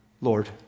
Lord